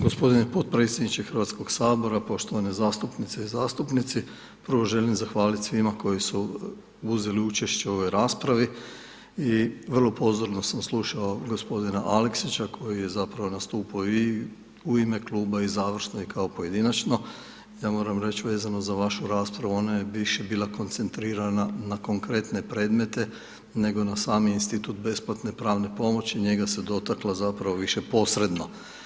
g. potpredsjedniče HS, poštovane zastupnice i zastupnici, prvo želim zahvalit svima koji su uzeli učešće u ovoj raspravi i vrlo pozorno sam slušao g. Aleksića koji je zapravo nastupao i u ime kluba i završno i kao pojedinačno, ja moram reć vezano za vašu raspravu, ona je više bila koncentrirana na konkretne predmete, nego na sami Institut besplatne pravne pomoći, njega se dotaklo zapravo više posredno.